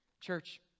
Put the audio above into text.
Church